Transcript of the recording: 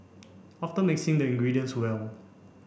after mixing the ingredients well